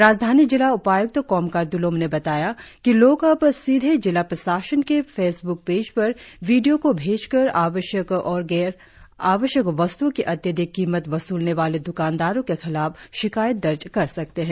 राजधानी जिला उपाय्क्त कोमकर द्लोम ने बताया कि लोग अब सीधे जिला प्रशासन के फेसब्क पेज पर वीडियो को भेजकर आवश्यकता और गैर आवश्यक वस्त्ओं की अत्याधिक कीमत वसूलने वाले द्रकानदारों के खिलाफ शिकायत दर्ज कर सकते है